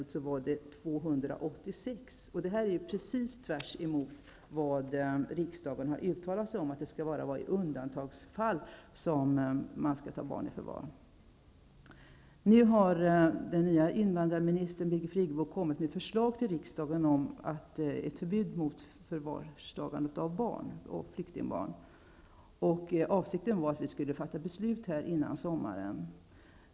Det är precis tvärtemot vad riksdagen har uttalat, nämligen att barn bara i undantagsfall skall tas i förvar. Nu har vår nya invandrarminister Birgit Friggebo kommit med förslag till riksdagen om förbud beträffande förvar av flyktingbarn. Avsikten var att riksdagen skulle fatta beslut före sommaren.